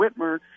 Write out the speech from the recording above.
Whitmer